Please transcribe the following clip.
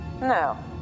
No